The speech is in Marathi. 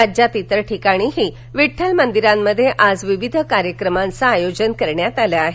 राज्यात इतर ठिकाणीही विठ्ठलमंदिरात आज विविध धार्मिक कार्यक्रमांचं आयोजन करण्यात आलं आहे